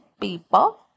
people